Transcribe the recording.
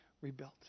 rebuilt